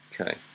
Okay